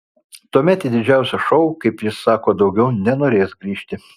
tuomet į didžiausią šou kaip jis sako daugiau nenorės grįžti